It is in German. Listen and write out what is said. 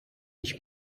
ich